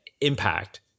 impact